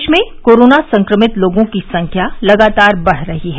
प्रदेश में कोरोना संक्रमित लोगों की संख्या लगातार बढ़ रही है